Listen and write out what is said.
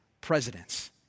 presidents